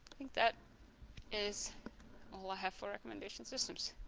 think that is all i have for recommendation systems.